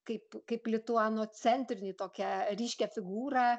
kaip kaip lituanocentrinį tokią ryškią figūrą